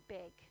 big